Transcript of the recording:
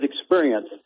experience